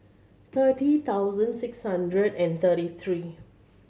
thirty thousand six hundred and thirty three